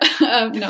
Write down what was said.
No